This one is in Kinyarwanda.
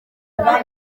bwa